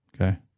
Okay